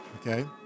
okay